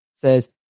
says